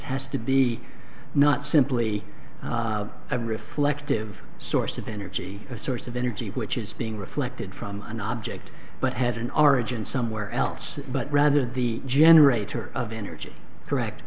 has to be not simply a reflective source of energy a source of energy which is being reflected from an object but had an origin somewhere else but rather the generator of energy correct